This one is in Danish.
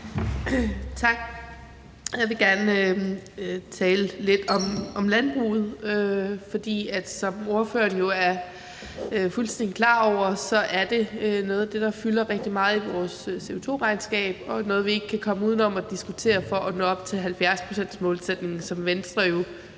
Tak. Jeg vil gerne tale lidt om landbruget, fordi det er, som ordføreren jo er fuldstændig klar over, noget, der fylder rigtig meget i vores CO2-regnskab, og noget, vi ikke kan komme udenom at diskutere for at nå op til 70-procentsmålsætningen, som Venstre jo